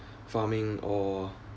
farming or